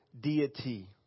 deity